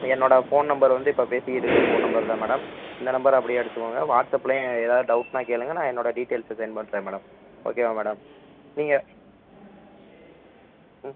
என்னோடய phone number வந்து இப்போ பேசிக்கிட்டு இருக்கற ஃபோன் நம்பர் தான் மேடம் இந்த நம்பரை அப்படியே எடுத்துக்கோங்க வாட்ஸ்அப்லையும் எதாவது டவுட்னால் கேளுங்கள் நான் என்னோடய டீட்டெயில்ஸை சென்ட் பண்ணுறேன் மேடம் ஓகேவா மேடம் நீங்கள் ம்